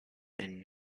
and